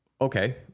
Okay